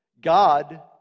God